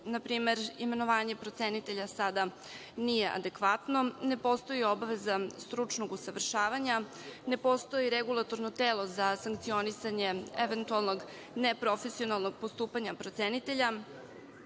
Na primer, imenovanje procenitelja sada nije adekvatno, ne postoji obaveza stručnog usavršavanja, ne postoji regulatorno telo za sankcionisanje eventualnog neprofesionalnog postupanja procenitelja,